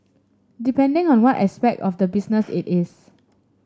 depending on what aspect of the business it is